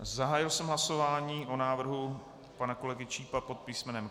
Zahájil jsem hlasování o návrhu pana kolegy Čípa pod písmenem K.